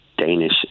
Danish